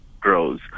grows